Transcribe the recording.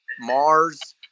Mars